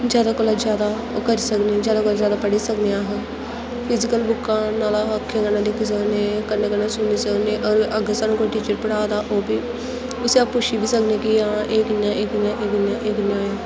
जैदा कोला जैदा ओह् करी सकनें जैदा कोला जैदा पढ़ी सकने आं फिजीकल बुक्कां नाल्लै अक्खें कन्नै दिक्खी सकनें कन्ने कन्नै सुनी सकनें अगर सानूं कोई टीचर पढ़ा दा ओह् बी उस्सी अस पुच्छी बी सकने कि हां एह् कि'यां एह् कि'यां एह् कि'यां एह् कि'यां